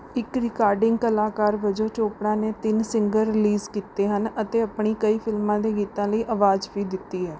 ਇੱਕ ਰਿਕਾਰਡਿੰਗ ਕਲਾਕਾਰ ਵਜੋਂ ਚੋਪੜਾ ਨੇ ਤਿੰਨ ਸਿੰਗਰ ਰਿਲੀਜ਼ ਕੀਤੇ ਹਨ ਅਤੇ ਆਪਣੀ ਕਈ ਫਿਲਮਾਂ ਦੇ ਗੀਤਾਂ ਲਈ ਆਵਾਜ਼ ਵੀ ਦਿੱਤੀ ਹੈ